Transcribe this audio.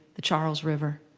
the charles river.